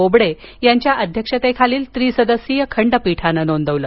बोबडे यांच्या अध्यक्षतेखालील त्रिसदस्यीय खंडपीठानं नोंदवलं